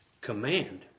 command